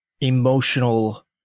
emotional